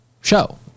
show